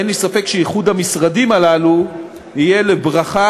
ואין לי ספק שאיחוד המשרדים הללו יהיה לברכה